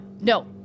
no